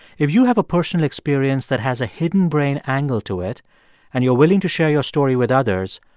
if you have a personal experience that has a hidden brain angle to it and you're willing to share your story with others,